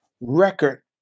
record